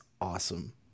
awesome